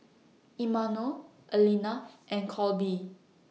Imanol Aleena and Colby